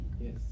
Yes